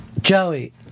Joey